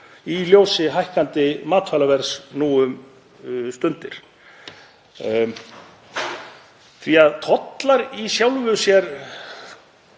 í ljósi hækkandi matvælaverðs nú um stundir. Tollar hækka í sjálfu sér